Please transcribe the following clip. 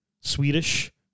Swedish